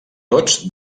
tots